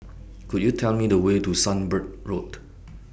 Could YOU Tell Me The Way to Sunbird Road